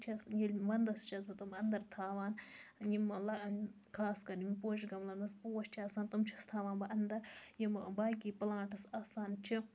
چھَس ییٚلہِ وَندَس چھَس بہٕ تم اَندَر تھاوان یِم خاص کر یِم پوشہِ گَملَن مَنٛز پوش چھِ آسان تم چھَس تھاوان بہٕ اَندَر یِم باقٕے پلانٹس آسان چھِ